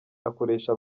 akoresha